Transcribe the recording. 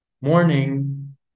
morning